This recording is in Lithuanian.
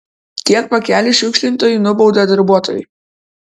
kiek pakelių šiukšlintojų nubaudė darbuotojai